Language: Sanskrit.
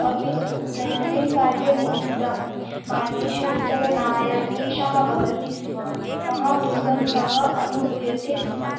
अपि तु दैनन्दिनकार्यनिमित्तं मार्गेषु चलनाय क्लेशः भवति स्म महान् दुर्गन्धः अनुभूयते स्म